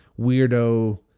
weirdo